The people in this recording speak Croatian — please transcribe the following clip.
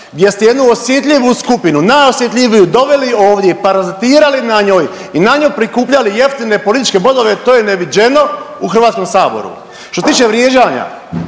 gdje ste jednu osjetljivu skupinu, najosjetljiviju doveli ovdje, parazitirali na njoj i na njoj prikupljali jeftine političke bodove to je neviđeno u Hrvatskom saboru. Što se tiče vrijeđanja,